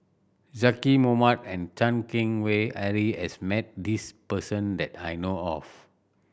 Zaqy Mohamad and Chan Keng Howe Harry has met this person that I know of